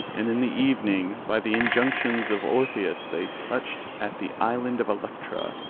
and in the evening by the injunctions of orpheus they touched at the island of electra,